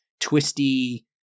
twisty